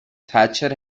thatcher